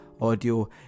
audio